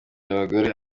abagore